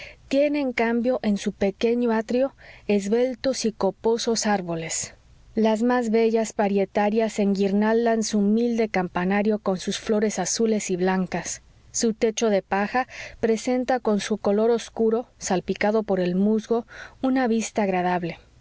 en cambio en su pequeño atrio esbeltos y coposos árboles las más bellas parietarias enguirnaldan su humilde campanario con sus flores azules y blancas su techo de paja presenta con su color obscuro salpicado por el musgo una vista agradable